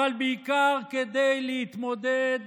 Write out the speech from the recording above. אבל בעיקר כדי להתמודד